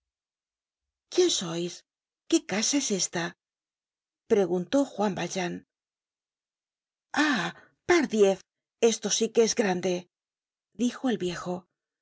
quién sois qué casa es esta preguntó juan valjean ah pardiez esto sí que es grande dijo el viejo